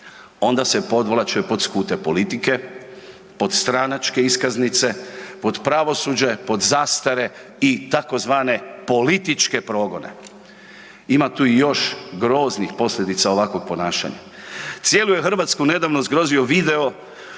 onda se podvlače pod skute politike, pod stranačke iskaznice, pod pravosuđe, pod zastare i tzv. političke progone. Ima tu i još groznih posljedica ovakvog ponašanja. Cijelu je Hrvatsku nedavno zgrozio video